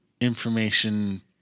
information